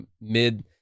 mid